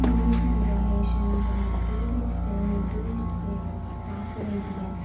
rules and regulation அப்பறம் tourist tourist பார்க்க வேண்டிய